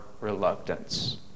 reluctance